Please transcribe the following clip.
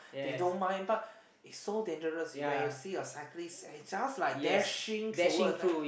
they don't mind but it's so dangerous when you see a cyclist and it's just like dashing towards them